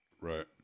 Right